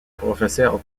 professeur